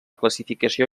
classificació